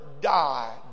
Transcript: die